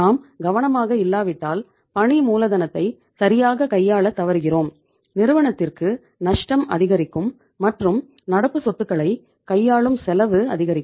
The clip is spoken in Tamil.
நாம் கவனமாக இல்லாவிட்டால் பணி மூலதனத்தை சரியாக கையாள தவறுகிறோம் நிறுவனத்திற்கு நஷ்டம் அதிகரிக்கும் மற்றும் நடப்பு சொத்துக்களை கையாளும் செலவு அதிகரிக்கும்